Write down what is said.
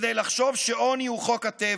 כדי לחשוב שעוני הוא חוק הטבע.